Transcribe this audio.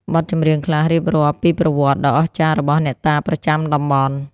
បទចម្រៀងខ្លះរៀបរាប់ពីប្រវត្តិដ៏អស្ចារ្យរបស់អ្នកតាប្រចាំតំបន់។